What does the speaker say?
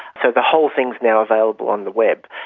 so the whole thing's now available on the web.